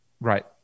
Right